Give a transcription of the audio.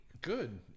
Good